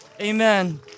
Amen